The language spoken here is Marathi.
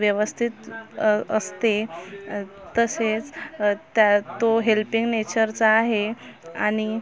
व्यवस्थित असते तसेच त्या तो हेल्पिंग नेचरचा आहे आणि